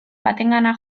batengana